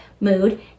mood